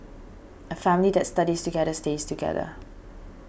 a family that studies together stays together